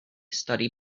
study